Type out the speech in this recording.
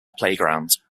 playground